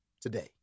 today